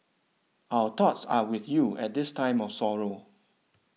our thoughts are with you at this time of sorrow